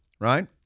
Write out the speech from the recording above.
right